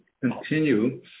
continue